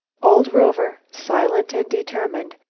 old rover, silent and determined,